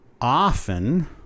often